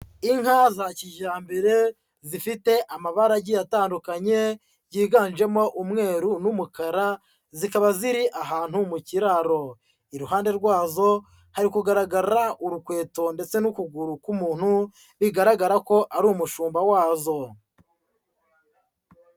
Inka za kijyambere zifite amabara agiye atandukanye byiganjemo umweru n'umukara zikaba ziri ahantu mu kiraro. Iruhande rwazo harikugaragara urukweto ndetse n'ukuguru k'umuntu bigaragara ko ari umushumba wazo.